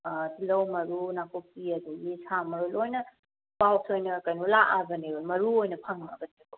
ꯇꯤꯜꯍꯧ ꯃꯔꯨ ꯅꯥꯀꯨꯞꯄꯤ ꯑꯗꯒꯤ ꯁꯥ ꯃꯔꯣꯏ ꯂꯣꯏꯅ ꯄꯥꯎꯁ ꯑꯣꯏꯅ ꯀꯩꯅꯣ ꯂꯥꯛꯑꯕꯅꯦꯕ ꯃꯔꯨ ꯑꯣꯏꯅ ꯐꯪꯉꯕꯅꯦꯕꯀꯣ